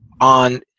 on